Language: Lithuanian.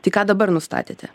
tai ką dabar nustatėte